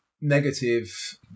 negative